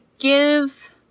Give